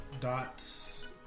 dots